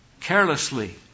carelessly